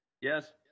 Yes